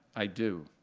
i do.